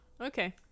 Okay